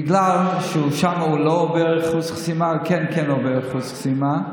בגלל ששם הוא לא עובר אחוז חסימה וכאן כן עובר אחוז חסימה,